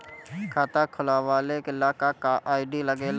खाता खोलवावे ला का का आई.डी लागेला?